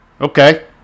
Okay